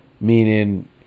meaning